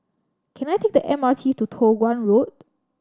can I take the M R T to Toh Guan Road